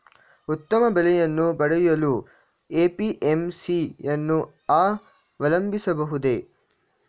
ಉತ್ತಮ ಬೆಲೆಯನ್ನು ಪಡೆಯಲು ಎ.ಪಿ.ಎಂ.ಸಿ ಯನ್ನು ಅವಲಂಬಿಸಬಹುದೇ?